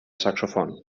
saxòfon